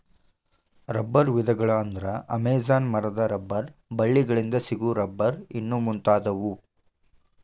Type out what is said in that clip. ರಬ್ಬರ ವಿಧಗಳ ಅಂದ್ರ ಅಮೇಜಾನ ಮರದ ರಬ್ಬರ ಬಳ್ಳಿ ಗಳಿಂದ ಸಿಗು ರಬ್ಬರ್ ಇನ್ನು ಮುಂತಾದವು